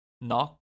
Knock